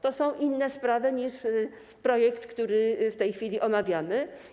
To są inne sprawy niż te w projekcie, który w tej chwili omawiamy.